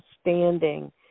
standing